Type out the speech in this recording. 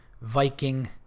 Viking